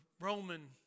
Roman